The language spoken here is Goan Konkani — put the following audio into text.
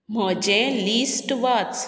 म्हजें लिस्ट वाच